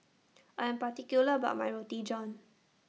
I'm particular about My Roti John